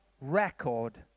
record